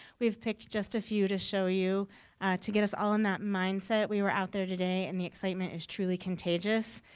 we've picked just a few to show you to get us all in that mindset. we were out there today and the excitement is truly contagious.